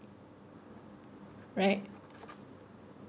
right